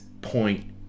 point